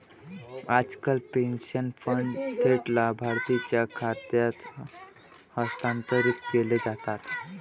आजकाल pension fund थेट लाभार्थीच्या खात्यात हस्तांतरित केले जातात